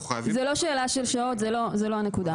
זו לא שאלה של שעות, זו לא הנקודה.